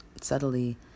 subtly